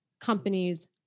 companies